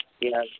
Yes